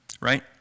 right